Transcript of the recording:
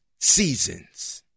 seasons